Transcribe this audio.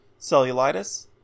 cellulitis